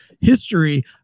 history